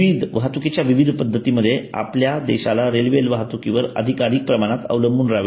वाहतुकीच्या विविध पद्धतींमध्ये आपल्या देशाला रेल्वे वाहतुकीवर अधिकाधिक प्रमाणात अवलंबून राहावे लागते